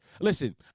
Listen